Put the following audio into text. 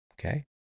Okay